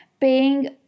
paying